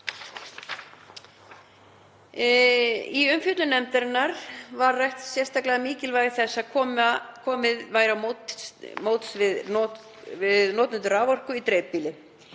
Í umfjöllun nefndarinnar var rætt sérstaklega mikilvægi þess að komið væri til móts við notendur raforku í dreifbýli.